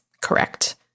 Correct